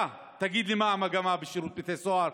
אתה תגיד לי מה המגמה בשירות בתי הסוהר,